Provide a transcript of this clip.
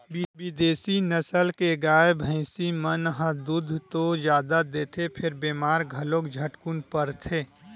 बिदेसी नसल के गाय, भइसी मन ह दूद तो जादा देथे फेर बेमार घलो झटकुन परथे